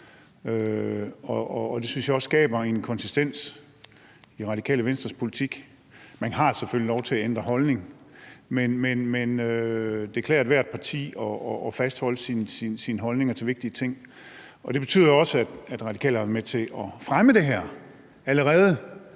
jeg skaber en konsistens i Radikale Venstres politik. Man har selvfølgelig lov til at ændre holdning, men det klæder ethvert parti at fastholde sine holdninger til vigtige ting. Det betyder også, at Radikale har været med til at fremme det her allerede,